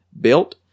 built